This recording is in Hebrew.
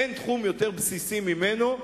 אין תחום יותר בסיסי ממנו,